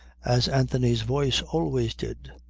as anthony's voice always did.